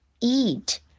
eat